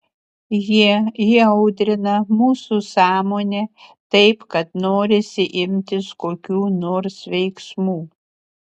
jie įaudrina mūsų sąmonę taip kad norisi imtis kokių nors veiksmų